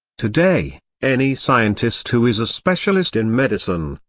today, any scientist who is a specialist in medicine,